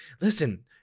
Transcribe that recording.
listen